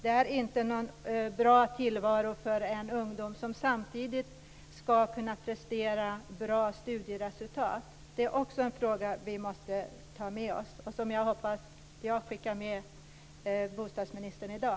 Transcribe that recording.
Det är inte någon bra tillvaro för en ungdom som samtidigt ska kunna prestera bra studieresultat. Det är också en fråga vi måste ta med oss och som jag skickar med bostadsministern i dag.